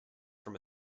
from